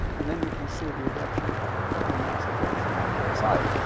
and then you can see the eruption of the chronal mass ejection off to the side.